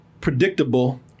predictable